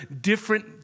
different